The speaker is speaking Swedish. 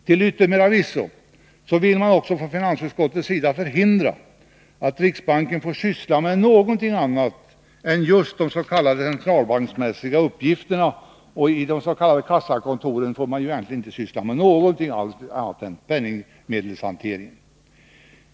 Till yttermera visso vill utskottet också förhindra att riksbanken får syssla med någonting annat än just de s.k. centralbanksmässiga uppgifterna; i de s.k. kassakontoren får man ju egentligen inte syssla med någonting alls utom penningmedelshantering.